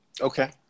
Okay